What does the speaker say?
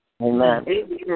Amen